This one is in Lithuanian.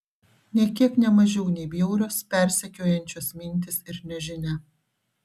nė kiek ne mažiau nei bjaurios persekiojančios mintys ir nežinia